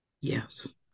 Yes